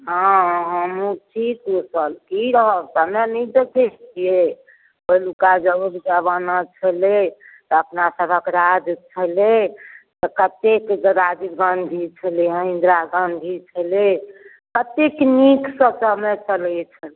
हँ हमहुँ की कुशल की रहब समय नहि देखैत छियै पहिलुका युग जमाना छलै तऽ अपना सबहक राज छलै तऽ कतेक राजीव गाँधी छलै हँ इन्द्रा गाँधी छलै कतेक नीकसँ समय चलैत छलै